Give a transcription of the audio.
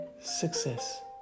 success